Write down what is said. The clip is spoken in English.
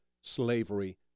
slavery